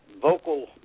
vocal